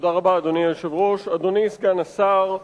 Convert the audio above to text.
תודה רבה, אדוני סגן השר,